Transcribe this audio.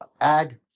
add